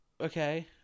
Okay